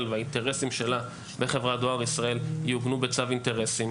והאינטרסים שלה בחברת דואר ישראל יעוגנו בצו אינטרסים.